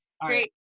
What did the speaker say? Great